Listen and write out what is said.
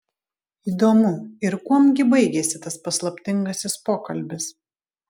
įdomu ir kuom gi baigėsi tas paslaptingasis pokalbis